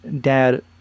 dad